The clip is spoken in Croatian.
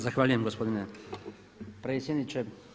Zahvaljujem gospodine predsjedniče.